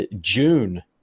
june